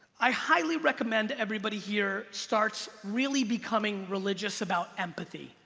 i highly recommend everybody here starts really becoming religious about empathy.